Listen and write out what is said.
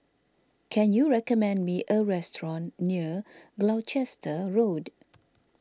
can you recommend me a restaurant near Gloucester Road